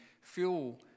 fuel